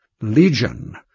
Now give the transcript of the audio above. Legion